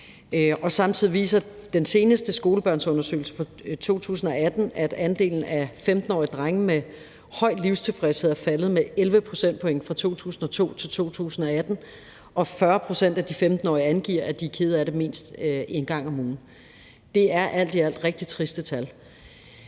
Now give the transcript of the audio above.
Samtidig viser den seneste skolebørnsundersøgelse fra 2018, at andelen af 15-årige drenge med en høj livstilfredshed er faldet med 11 procentpoint fra 2002 til 2018, og at 40 pct. af de 15-årige angiver, at de er kede af det mindst en gang om ugen, og det er alt i alt nogle rigtig triste tal.